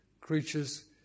creatures